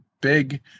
big